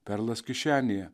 perlas kišenėje